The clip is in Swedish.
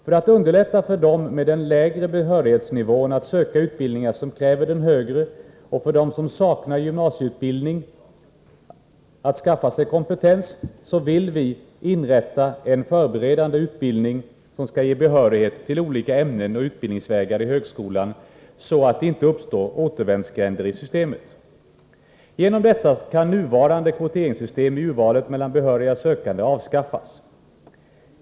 För att underlätta för högskoleutbildning dem med den lägre behörighetsnivån att söka utbildningar som kräver den mm. högre och för dem som saknar gymnasieutbildning att skaffa sig kompetens vill vi inrätta en förberedande utbildning, som skall ge behörighet till olika ämnen och utbildningsvägar i högskolan så att det inte uppstår återvändsgränder i systemet. Genom detta förfarande kan nuvarande kvoteringssystem i urvalet mellan behöriga sökande avskaffas.